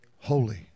Holy